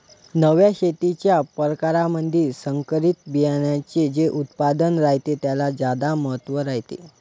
नव्या शेतीच्या परकारामंधी संकरित बियान्याचे जे उत्पादन रायते त्याले ज्यादा महत्त्व रायते